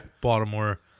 baltimore